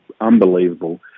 unbelievable